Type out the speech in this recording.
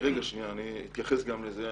אני אתייחס גם לזה.